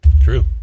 True